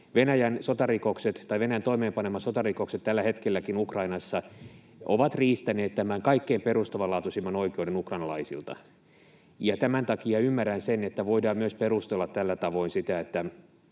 Venäjän toimeenpanemat sotarikokset tällä hetkelläkin Ukrainassa ovat riistäneet tämän kaikkein perustavanlaatuisimman oikeuden ukrainalaisilta, ja tämän takia ymmärrän sen, että voidaan myös perustella tällä tavoin,